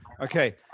Okay